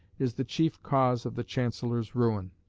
is the chief cause of the chancellor's ruin.